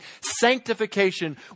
sanctification